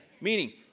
Meaning